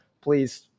please